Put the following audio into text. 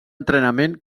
entrenament